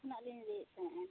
ᱠᱳᱞᱠᱟᱛᱟ ᱠᱷᱚᱱᱟᱜ ᱞᱤᱧ ᱞᱟᱹᱭᱮᱫ ᱛᱟᱦᱮᱸᱱᱟ